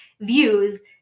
views